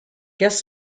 guest